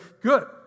good